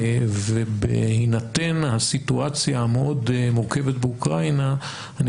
בהינתן הסיטואציה המאוד מורכבת באוקראינה אני